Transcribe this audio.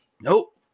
nope